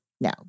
No